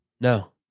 No